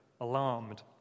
alarmed